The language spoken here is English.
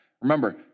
Remember